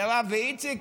מירב ואיציק,